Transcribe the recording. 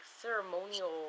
ceremonial